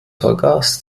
vergaß